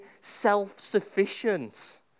self-sufficient